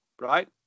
Right